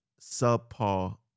subpar